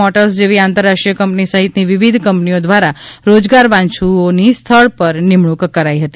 motors જેવી આંતરરાષ્ટ્રીય company સહિતની વિવિધ કંપનીઓ દ્વારા રોજગાર વાચ્છુંઓની સ્થળ પર નિમણૂંક કરાઇ હતી